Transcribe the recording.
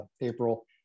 april